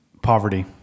Poverty